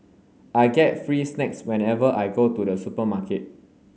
I get free snacks whenever I go to the supermarket